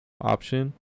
option